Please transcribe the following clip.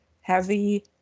heavy